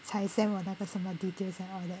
才 send 我那个什么 details and all that